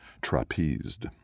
trapezed